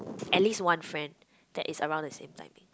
at least one friend that is around the same timing